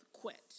quit